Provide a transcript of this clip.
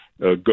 go